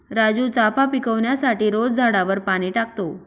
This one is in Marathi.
राजू चाफा पिकवण्यासाठी रोज झाडावर पाणी टाकतो